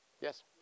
Yes